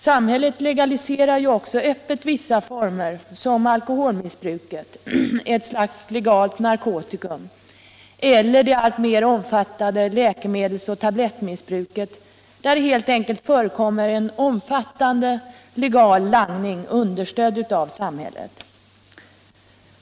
Samhället 1egaliserar ju också öppet vissa former, som alkoholmissbruket — alkohol är ett slags legalt narkotikum — och det alltmer omfattande läkemedelsoch tablettmissbruket, där det helt enkelt förekommer en omfattande legal langning, understödd av samhället.